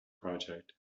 project